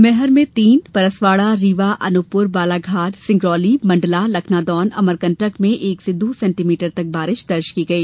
मैहर में तीन परसवाड़ा रीवा अनूपपुर बालाघाट सिंगरौली मण्डला लखनादौन अमरकंटक में एक से दो सेंटीमीटर तक बारिश दर्ज की गई